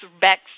back